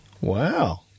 Wow